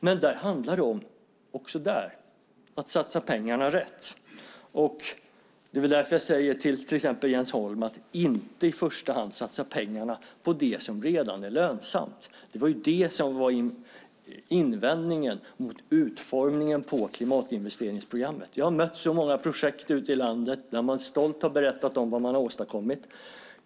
Men också där handlar det om att satsa pengarna rätt. Det är därför jag säger till exempelvis Jens Holm att inte i första hand satsa pengarna på det som redan är lönsamt. Det var det som var invändningen mot utformningen på klimatinvesteringsprogrammet. Jag har mött så många projekt ute i landet där man stolt har berättat om vad man har åstadkommit.